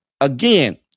Again